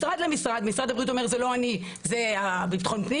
משרד הבריאות אומר, זה לא אני, זה ביטחון פנים.